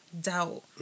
doubt